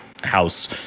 house